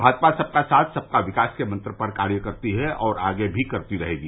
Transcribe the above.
भाजपा सबका साथ सबका विकास के मंत्र पर कार्य करती है और आगे भी करती रहेगी